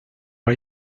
are